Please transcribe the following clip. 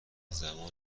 زمان